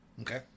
Okay